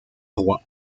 roi